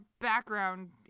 Background